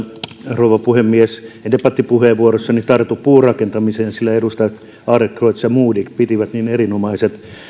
rouva puhemies en debattipuheenvuorossani tartu puurakentamiseen sillä edustajat adlercreutz ja modig pitivät niin erinomaiset